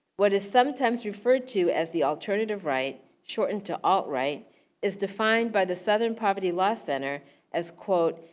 what is sometimes referred to as the alternative right shortened to alt-right is defined by the southern poverty law center as quote.